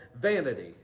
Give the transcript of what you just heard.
vanity